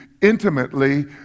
intimately